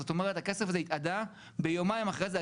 זאת אומרת הכסף הזה התאדה ביומיים אחרי זה.